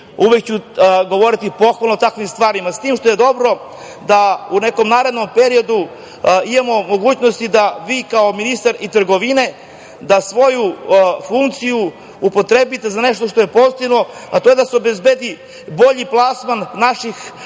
uvek ću govoriti pohvalno o takvim stvarima. S tim što je dobro da u nekom narednom periodu imamo mogućnosti da vi kao ministar i trgovine da svoju funkciju upotrebite za nešto što je pozitivno, a to je da se obezbedi bolji plasman naših